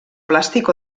plàstic